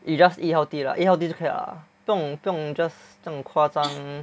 you just eat healthy lah eat healthy 就可以了 lah 不用不用 just 这样夸张